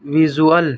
visual